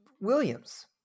Williams